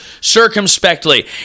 circumspectly